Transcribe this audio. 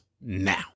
Now